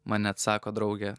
man net sako draugė